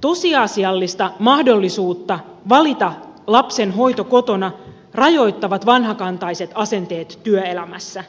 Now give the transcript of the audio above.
tosiasiallista mahdollisuutta valita lapsen hoito kotona rajoittavat vanhakantaiset asenteet työelämässä